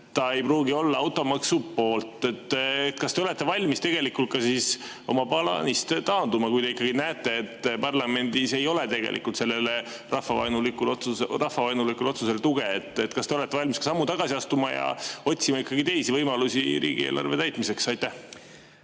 ta ei pruugi olla automaksu poolt. Kas te olete valmis oma plaanist taanduma, kui te ikkagi näete, et parlamendis ei ole tegelikult sellele rahvavaenulikule otsusele tuge? Kas te olete valmis sammu tagasi astuma ja otsima ikkagi teisi võimalusi riigieelarve täitmiseks? Aitäh!